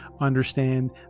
understand